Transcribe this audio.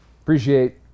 Appreciate